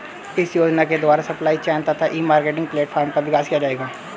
इस योजना के द्वारा सप्लाई चेन तथा ई मार्केटिंग प्लेटफार्म का विकास किया जाएगा